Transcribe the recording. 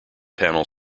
panel